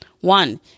One